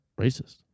Racist